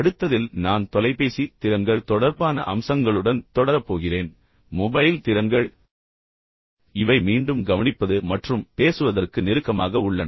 அடுத்ததில் நான் தொலைபேசி திறன்கள் தொடர்பான அம்சங்களுடன் தொடரப் போகிறேன் பின்னர் மொபைல் திறன்கள் இவை மீண்டும் கவனிப்பது மற்றும் பேசுவதற்கு நெருக்கமாக உள்ளன